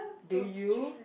do you